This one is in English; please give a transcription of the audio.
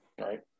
right